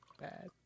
bad